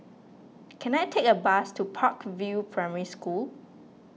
can I take a bus to Park View Primary School